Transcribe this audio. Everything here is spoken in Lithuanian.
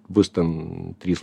bus ten trys